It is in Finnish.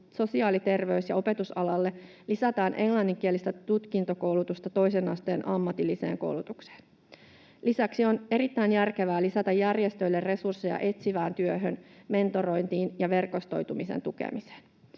sosiaali‑, terveys‑ ja opetusalalle, lisätään englanninkielistä tutkintokoulutusta toisen asteen ammatilliseen koulutukseen. Lisäksi on erittäin järkevää lisätä järjestöille resursseja etsivään työhön, mentorointiin ja verkostoitumisen tukemiseen,